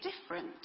different